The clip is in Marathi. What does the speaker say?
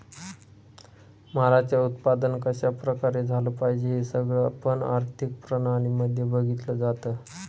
मालाच उत्पादन कशा प्रकारे झालं पाहिजे हे सगळं पण आर्थिक प्रणाली मध्ये बघितलं जातं